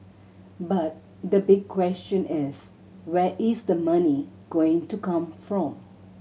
but the big question is where is the money going to come from